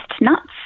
nuts